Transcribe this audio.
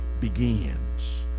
begins